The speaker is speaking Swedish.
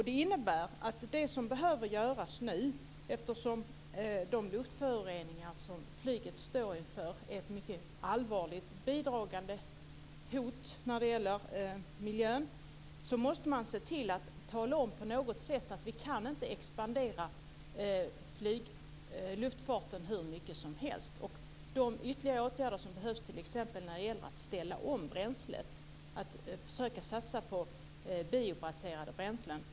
Det innebär att det som behöver göras nu - eftersom de luftföroreningar som flyget står för är ett mycket allvarligt bidragande hot mot miljön - är att på något sätt tala om att vi inte kan expandera luftfarten hur mycket som helst. Det behövs ytterligare åtgärder, t.ex. när det gäller att ställa om bränslet och att försöka satsa på biobaserade bränslen.